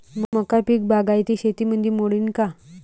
मका पीक बागायती शेतीमंदी मोडीन का?